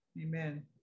Amen